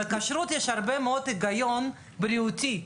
בכשרות יש הרבה מאוד היגיון בריאותי.